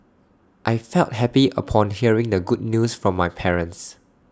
I felt happy upon hearing the good news from my parents